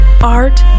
art